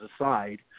aside